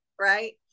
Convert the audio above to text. right